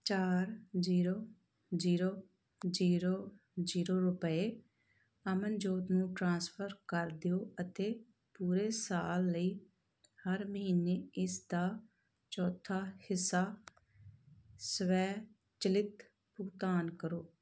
ਚਾਰ zero zero zero zero ਰੁਪਏ ਅਮਨਜੋਤ ਨੂੰ ਟ੍ਰਾਂਸਫਰ ਕਰ ਦਿਓ ਅਤੇ ਪੂਰੇ ਸਾਲ ਲਈ ਹਰ ਮਹੀਨੇ ਇਸਦਾ ਚੌਥਾ ਹਿੱਸਾ ਸਵੈਚਲਿਤ ਭੁਗਤਾਨ ਕਰੋ